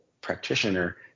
practitioner